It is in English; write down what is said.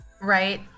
Right